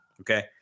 okay